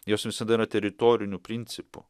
jos visada yra teritoriniu principu